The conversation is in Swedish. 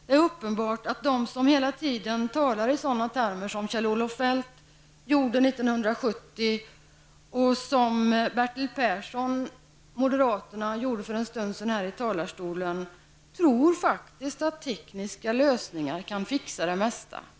Det är uppenbart att de som hela tiden talar i sådana termer som Kjell-Olof Feldt använde 1970 och som Bertil Persson, moderaterna, använde för en stund sedan här i talarstolen, tror att tekniska lösningar kan fixa det mesta.